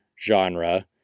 genre